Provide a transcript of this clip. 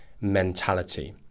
mentality